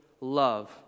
love